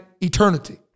eternity